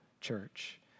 church